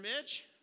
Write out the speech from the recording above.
Mitch